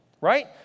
right